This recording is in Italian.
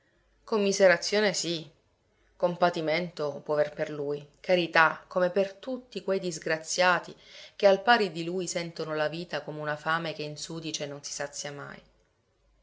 commiserazione sì compatimento può aver per lui carità come per tutti quei disgraziati che al pari di lui sentono la vita come una fame che insudicia e non si sazia mai